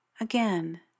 Again